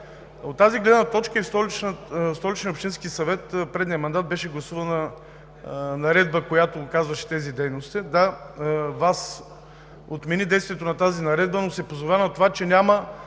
От тази гледна точка в Столичния общински съвет в предния мандат беше гласувана наредба, която указваше тези дейности. Да, ВАС отмени действието ѝ, но се позова на това, че няма